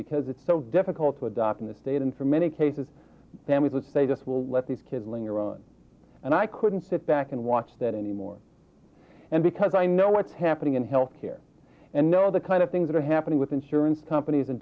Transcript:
because it's so difficult to adopt in this state and for many cases families let's say this will let these kids linger on and i couldn't sit back and watch that anymore and because i know what's happening in health care and know the kind of things that are happening with insurance companies and